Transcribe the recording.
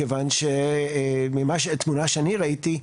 מכיוון שמהתמונה שאני ראיתי,